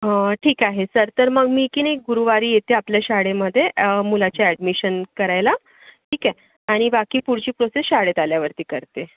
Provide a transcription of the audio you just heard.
हं ठीक आहे सर तर मी की नाही गुरुवारी येते आपल्या शाळेमध्ये मुलाच्या ॲडमिशन करायला ठीक आहे आणि बाकी पुढची प्रोसेस शाळेत आल्यावरती करते